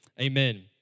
amen